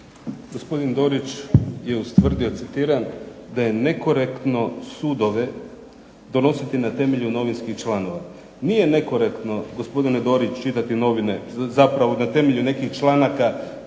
Gospodin Dorić je ustvrdio, citiram da je nekorektno sudove donositi na temelju novinskih članova. Nije nekorektno gospodine Dorić čitati novine, zapravo na temelju nekih članaka